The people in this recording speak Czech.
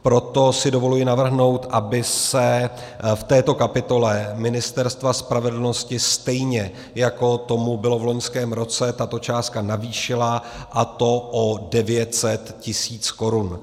Proto si dovoluji navrhnout, aby se v této kapitole Ministerstva spravedlnosti, stejně jako tomu bylo v loňském roce, tato částka navýšila, a to o 900 tis. korun.